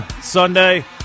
Sunday